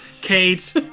Kate